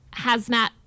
hazmat